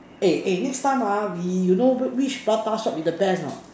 a a next time ah we you know which prata shop is the best not